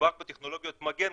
כשמדובר בטכנולוגיית מגן,